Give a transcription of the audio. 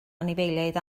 anifeiliaid